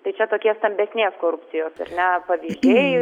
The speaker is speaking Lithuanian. tai čia tokie stambesnės korupcijos ar ne pavyzdžiai